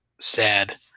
sad